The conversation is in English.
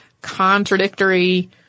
contradictory